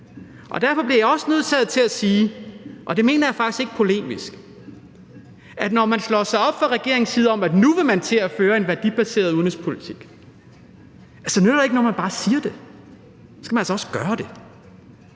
Derfor bliver jeg også nødsaget til at sige – og det mener jeg faktisk ikke polemisk – at når man fra regeringens side slår sig op om, at man nu vil til at føre en værdibaseret udenrigspolitik, så nytter det ikke noget, at man bare siger det, men så skal man altså også gøre det.